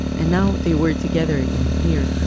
and now, they were together again. here,